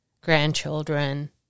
grandchildren